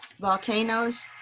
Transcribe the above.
volcanoes